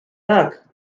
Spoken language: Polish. tak